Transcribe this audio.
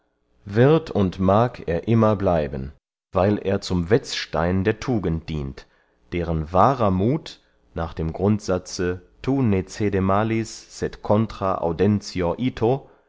wird und mag er immer bleiben weil er zum wetzstein der tugend dient deren wahrer muth nach dem grundsatze tu